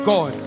God